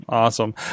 awesome